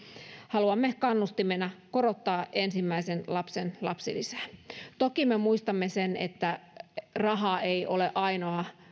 haluamme kannustimena korottaa ensimmäisen lapsen lapsilisää toki me muistamme että raha ei ole ainoa